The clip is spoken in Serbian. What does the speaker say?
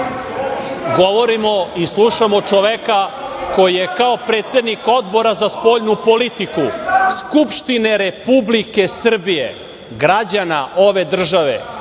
govorimo i slušamo čoveka koji je kao predsednik Odbora za spoljnu politiku Skupštine Republike Srbije, građana ove države,